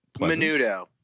menudo